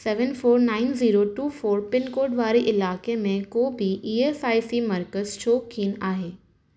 seven four nine zero two four pin code वारे इलाइक़े में को बि ई एस आइ सी मर्कज़ु छो कीन आहे